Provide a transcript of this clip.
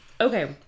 okay